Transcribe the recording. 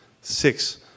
Six